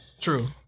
True